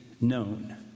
known